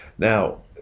Now